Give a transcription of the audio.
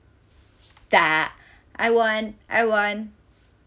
I won I won